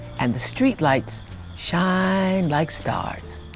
and the streetlights shine like stars.